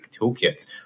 toolkits